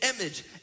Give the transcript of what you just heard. image